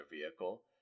vehicle